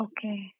Okay